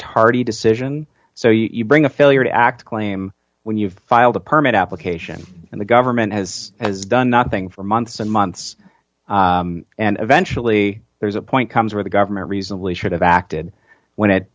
tardy decision so you bring a failure to act claim when you've filed a permit application and the government has has done nothing for months and months and eventually there's a point comes where the government reasonably should have acted when it